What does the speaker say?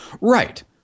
Right